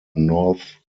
north